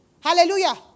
Hallelujah